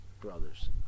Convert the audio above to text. Brothers